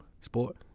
Sport